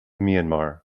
myanmar